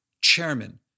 chairman